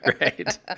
Right